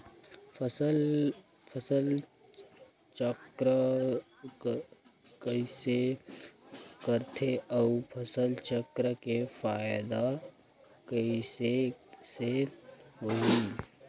फसल चक्र कइसे करथे उ फसल चक्र के फ़ायदा कइसे से होही?